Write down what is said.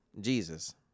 Jesus